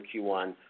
Q1